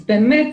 אז באמת